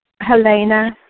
Helena